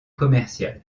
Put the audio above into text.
commerciales